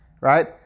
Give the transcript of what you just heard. Right